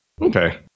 Okay